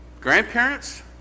grandparents